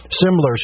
similar